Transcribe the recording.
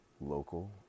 local